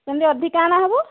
ଯଦି ଅଧିକା ଅଣାହେବ